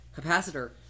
capacitor